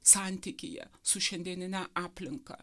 santykyje su šiandienine aplinka